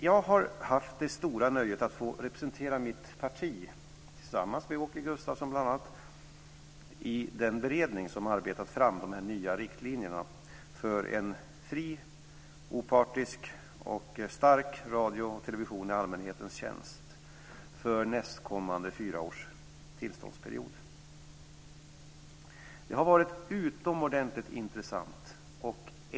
Jag har haft det stora nöjet att få representera mitt parti, tillsammans med bl.a. Åke Gustavsson, i den beredning som har arbetat fram de nya riktlinjerna för en fri, opartisk och stark radio och television i allmänhetens tjänst för nästkommande fyra års tillståndsperiod. Det har varit utomordentligt intressant.